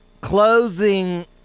closing